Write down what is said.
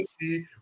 see